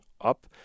up